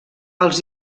els